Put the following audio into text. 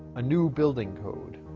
a new building code,